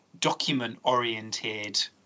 document-oriented